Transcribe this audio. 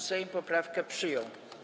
Sejm poprawkę przyjął.